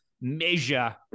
measure